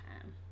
time